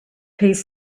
piece